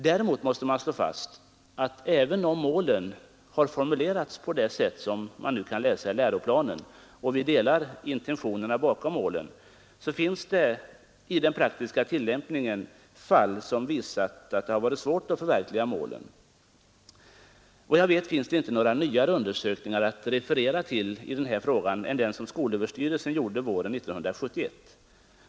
Däremot måste man slå fast att även om målen har formulerats så som man nu kan läsa dem i läroplanen, och vi delar intentionerna bakom målen, har det i den praktiska tillämpningen förekommit fall som visar att det har varit svårt att förverkliga målen. Vad jag vet finns inte några nyare undersökningar i den här frågan att referera till än den som skolöverstyrelsen gjorde våren 1971.